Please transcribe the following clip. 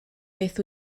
beth